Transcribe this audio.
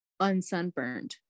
unsunburned